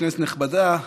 כנסת נכבדה,